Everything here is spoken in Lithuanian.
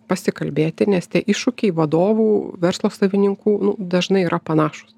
pasikalbėti nes tie iššūkiai vadovų verslo savininkų nu dažnai yra panašūs